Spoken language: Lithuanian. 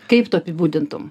kaip tu apibūdintum